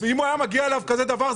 אם היה מגיע אליו דבר כזה,